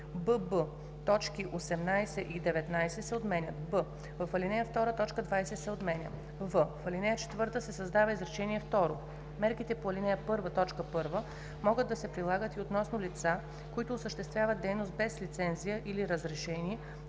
бб) точки 18 и 19 се отменят. б) в ал. 2 т. 20 се отменя; в) в ал. 4 се създава изречение второ: „Мерките по ал. 1, т. 1 могат да се прилагат и относно лица, които осъществяват дейност без лицензия или разрешение,